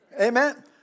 Amen